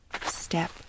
step